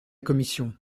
commission